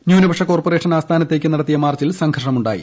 ന്യൂനപക്ഷ കോർപ്പറേഷൻ ആസ്ഥാനത്തേയ്ക്ക് നടത്തിയ മാർച്ചിൽ സംഘർഷമുണ്ടായി